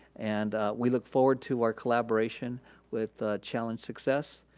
and we look forward to our collaboration with challenge success.